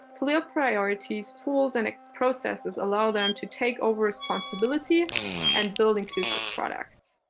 clear priorities, tools, and processes allow them to take over responsibility and build inclusive products.